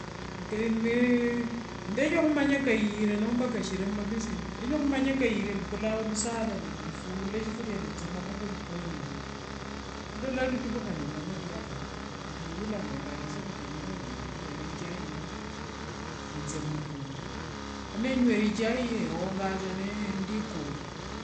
ndenya khumanya kayire nomba kashiri mavisi, enyakhumanya kayire embukulanga lusala nefunula sifuria nenzoma khwipwoni okho. Nindola nituvukha nemanya liakhaya. Ndeula nindasi nikanyira rera ichai ya nenzia umukunda. Khane nengwere ichai eyo, ewonganga sa ndikure.